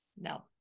no